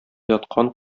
яткан